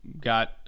got